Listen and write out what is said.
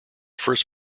first